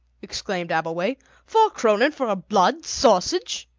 exclaimed abbleway four kronen for a blood-sausage!